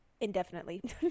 indefinitely